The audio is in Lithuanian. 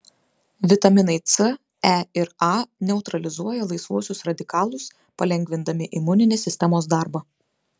vitaminai c e ir a neutralizuoja laisvuosius radikalus palengvindami imuninės sistemos darbą